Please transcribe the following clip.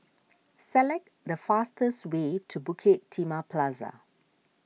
select the fastest way to Bukit Timah Plaza